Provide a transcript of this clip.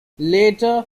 later